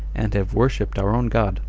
and have worshipped our own god,